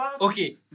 okay